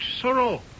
sorrow